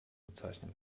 bezeichnen